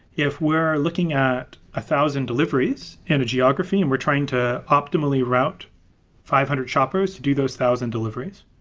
if we're looking at ah thousand deliveries and a geography and we're trying to optimally route five hundred shoppers to do those thousand deliveries,